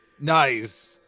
nice